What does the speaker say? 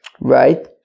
Right